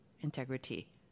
integrity